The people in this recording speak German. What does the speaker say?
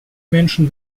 menschen